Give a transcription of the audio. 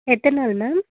எத்தனை நாள் மேம்